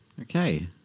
Okay